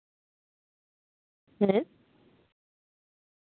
ᱦᱮᱸ